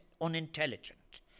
unintelligent